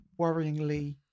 worryingly